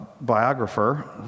biographer